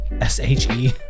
S-H-E